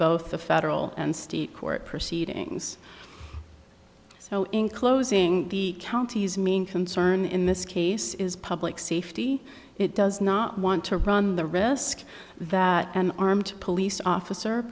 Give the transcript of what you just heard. both the federal and state court proceedings so in closing the county's main concern in this case is public safety it does not want to run the risk that an armed police officer